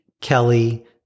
kelly